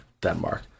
Denmark